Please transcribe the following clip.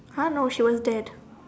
!huh! no she was dead